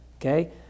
okay